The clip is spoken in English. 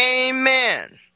Amen